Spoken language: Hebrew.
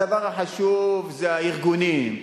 הדבר החשוב זה הארגונים.